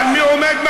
אבל מי עומד,